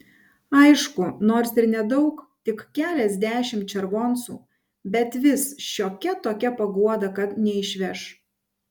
aišku nors ir nedaug tik keliasdešimt červoncų bet vis šiokia tokia paguoda kad neišveš